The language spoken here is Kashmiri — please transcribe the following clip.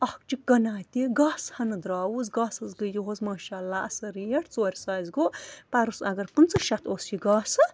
اَکھ چھِ کٕنا تہِ گاسہٕ ہَنہٕ درٛاوُس گاسَس گٔے یِہُس ماشاء اللہ اَصٕل ریٹ ژورِ ساسہِ گوٚو پَرُس اگر پٕنٛژٕ شَتھ اوس یہِ گاسہٕ